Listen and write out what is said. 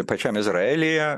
pačiam izraelyje